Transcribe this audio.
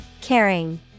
Caring